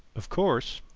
of course,